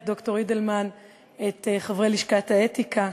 את ד"ר אידלמן ואת חברי לשכת האתיקה.